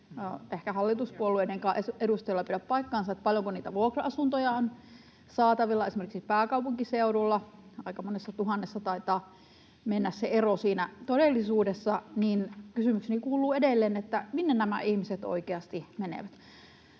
ehkä hallituspuolueidenkaan edustajilla pidä paikkaansa siitä, paljonko niitä vuokra-asuntoja on saatavilla esimerkiksi pääkaupunkiseudulla — aika monessa tuhannessa taitaa mennä se ero todellisuudessa — niin kysymykseni kuuluu edelleen: Minne nämä ihmiset oikeasti menevät?